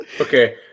Okay